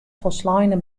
folsleine